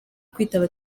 kwitaba